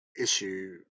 issue